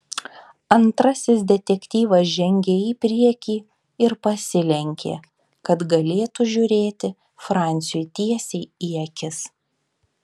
antrasis detektyvas žengė į priekį ir pasilenkė kad galėtų žiūrėti franciui tiesiai į akis